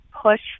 push